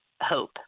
hope